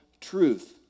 truth